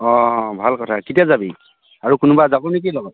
অ' ভাল কথা কেতিয়া যাবি আৰু কোনোবা যাব নেকি লগত